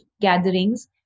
gatherings